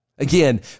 Again